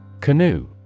Canoe